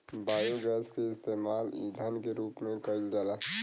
biogas के इस्तेमाल ईधन के रूप में कईल जाला